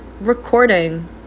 recording